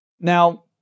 Now